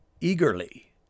eagerly